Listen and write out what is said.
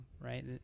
right